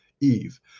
Eve